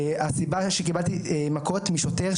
הסיבה שקיבלתי מכות משוטר,